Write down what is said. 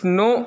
no